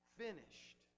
finished